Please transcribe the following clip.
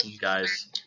guys